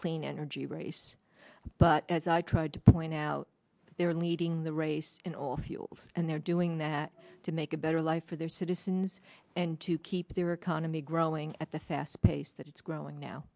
clean energy race but as i tried to point out they're leading the race in all fields and they're doing that to make a better life for their citizens and to keep their economy growing at the fast pace that it's growing now